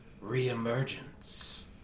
re-emergence